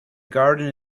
garden